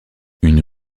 une